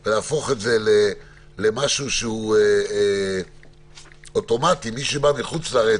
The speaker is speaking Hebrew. על משהו אוטומטי למי שבא מחוץ לארץ,